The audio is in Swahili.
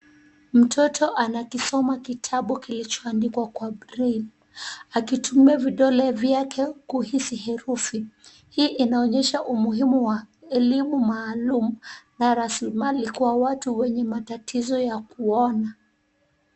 Mtoto anakisoma kitabu kilichoandikwa kwa breile akitumia vidole vyake kuhisi herufi. Hii inaoenyesha umuhimu wa elimu maalum na rasilimali kwa watu wenye matatizo ya kuona.